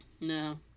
No